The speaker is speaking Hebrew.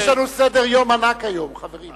יש לנו סדר-יום ענק היום, חברים.